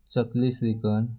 चकली shrikhand